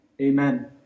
Amen